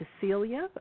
Celia